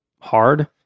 hard